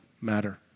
matter